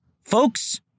folks